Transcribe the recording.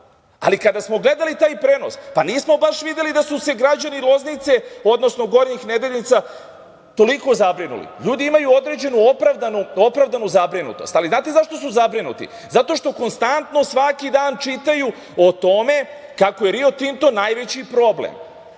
Ali, kada smo gledali taj prenos, pa nismo baš videli da su se građani Loznice, odnosno Gornjih Nedeljica toliko zabrinuli. Ljudi imaju određenu opravdanu zabrinutost. Ali, znate zašto su zabrinuti? Zato što konstantno svaki dan čitaju o tome kako je „Rio Tinto“ najveći problem.